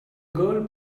girl